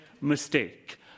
mistake